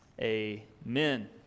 amen